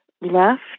left